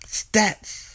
stats